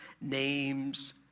names